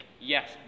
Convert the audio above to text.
yes